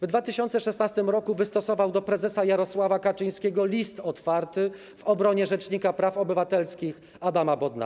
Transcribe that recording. W 2016 r. wystosował do prezesa Jarosława Kaczyńskiego list otwarty w obronie rzecznika praw obywatelskich Adama Bodnara.